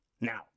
Now